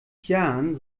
jahren